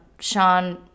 Sean